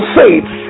faith